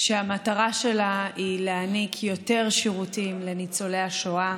שהמטרה שלה היא להעניק יותר שירותים לניצולי השואה